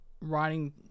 writing